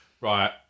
Right